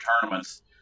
tournaments